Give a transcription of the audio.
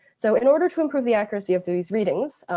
so in order to improve the accuracy of these readings,